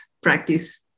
practice